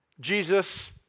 Jesus